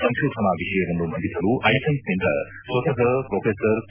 ಸಂಶೋಧನಾ ವಿಷಯವನ್ನು ಮಂಡಿಸಲು ಐಸೈನ್ಸ್ ನಿಂದ ಸ್ವತಃ ಪ್ರೊಥೆಸರ್ ಕೆ